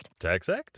TaxAct